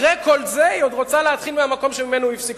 אחרי כל זה היא עוד רוצה להתחיל מהמקום שבו הוא נפסק.